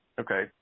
Okay